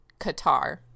qatar